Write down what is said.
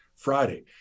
Friday